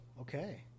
Okay